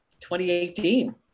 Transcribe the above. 2018